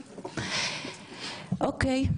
אוקי,